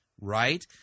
right